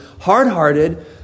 hard-hearted